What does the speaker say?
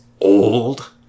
old